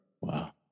Wow